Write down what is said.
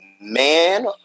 man